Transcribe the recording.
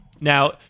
now